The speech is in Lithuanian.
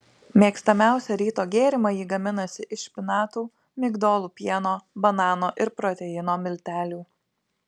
mėgstamiausią ryto gėrimą ji gaminasi iš špinatų migdolų pieno banano ir proteino miltelių